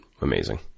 amazing